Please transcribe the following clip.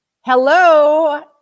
hello